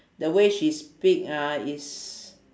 the way she speak uh is